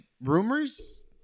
rumors